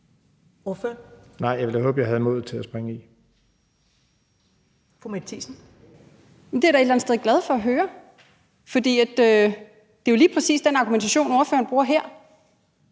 er jeg da et eller andet sted glad for at høre, for det er jo lige præcis den argumentation, ordføreren bruger her.